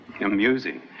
Amusing